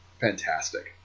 fantastic